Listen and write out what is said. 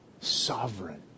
sovereign